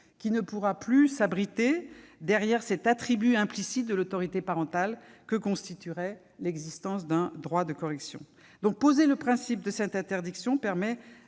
qui ne pourra plus s'abriter derrière un attribut implicite de l'autorité parentale pour justifier l'existence d'un « droit de correction ». Poser le principe de cette interdiction permettra